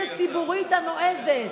אני חייבת להבין את השליחות הציבורית הנועזת